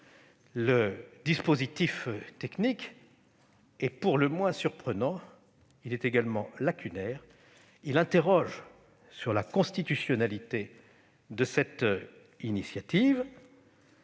le dispositif technique est pour le moins surprenant ; il est également lacunaire, et il questionne la constitutionnalité de cette initiative.